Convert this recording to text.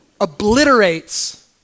obliterates